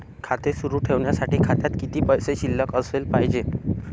खाते सुरु ठेवण्यासाठी खात्यात किती पैसे शिल्लक असले पाहिजे?